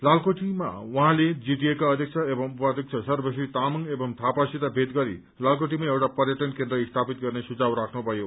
लालकोठीमा उहाँले जीटीएका अध्यक्ष एवं उपाध्यक्ष सर्वश्री तामाङ एवं थापासित भेट गरी लालकोठीमा एउटा पर्यटन केन्द्र स्थापित गर्ने सुझाव राख्नुथयो